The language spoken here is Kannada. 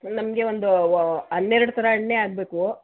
ನಮಗೆ ಒಂದು ವ ಹನ್ನೆರಡು ಥರ ಹಣ್ಣೇ ಆಗಬೇಕು